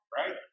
right